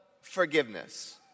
forgiveness